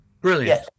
brilliant